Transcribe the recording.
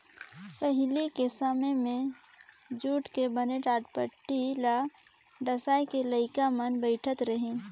पहिली के समें मे जूट के बने टाटपटटी ल डसाए के लइका मन बइठारत रहिन